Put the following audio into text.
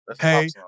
Hey